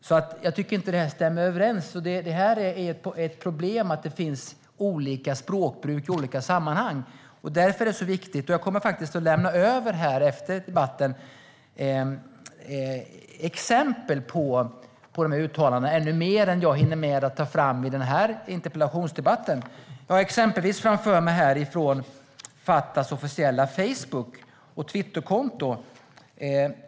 Jag tycker alltså inte att detta stämmer överens, och det är ett problem att det finns olika språkbruk i olika sammanhang. Jag kommer efter debatten faktiskt att lämna över exempel på sådana här uttalanden - ännu fler än jag hinner ta upp i denna interpellationsdebatt. Till exempel har jag framför mig saker från Fatahs officiella Facebook och Twitterkonton.